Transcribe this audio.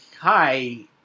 hi